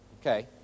Okay